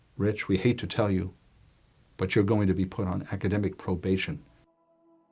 rich, we hate to tell you but you're, going to be put on academic probation